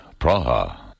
Praha